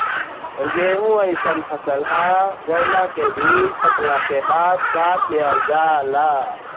गेंहू अइसन फसल ह जवना के बीज पकला के बाद काट लिहल जाला